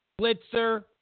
Blitzer